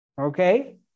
Okay